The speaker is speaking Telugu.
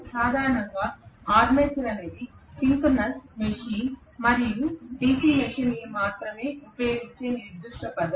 సాధారణంగా ఆర్మేచర్ అనేది సింక్రోనస్ మెషిన్ మరియు డిసి మెషీన్లలో మాత్రమే ఉపయోగించే నిర్దిష్ట పదం